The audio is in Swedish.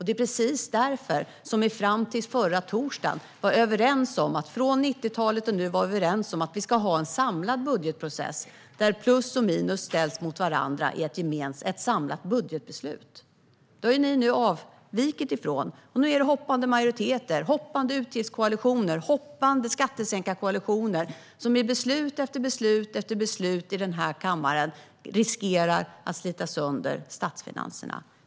Det är precis därför vi fram till förra torsdagen - från 90-talet och framåt - var överens om att vi ska ha en samlad budgetprocess där plus och minus ställs mot varandra i ett samlat budgetbeslut. Detta har ni nu avvikit ifrån, Jakob Forssmed. Nu är det hoppande majoriteter, hoppande utgiftskoalitioner och hoppande skattesänkarkoalitioner som i beslut efter beslut i denna kammare riskerar att slita sönder statsfinanserna.